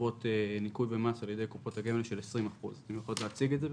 שקובעות ניכוי במס על ידי קופות הגמל של 20%. אתם יכולות להציג את זה?